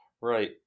right